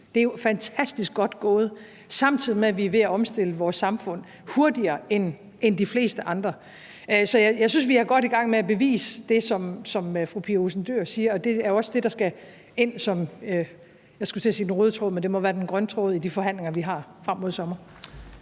det er jo fantastisk godt gået – samtidig med at vi er ved at omstille vores samfund hurtigere end de fleste andre. Så jeg synes, vi er godt i gang med at bevise det, som fru Pia Olsen Dyhr siger, og det er også det, der skal ind som, jeg skulle til at sige den røde tråd, men